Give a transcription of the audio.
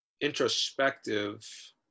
introspective